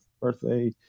birthday